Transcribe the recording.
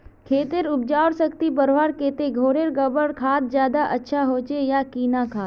खेतेर उपजाऊ शक्ति बढ़वार केते घोरेर गबर खाद ज्यादा अच्छा होचे या किना खाद?